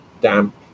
damp